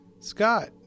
Scott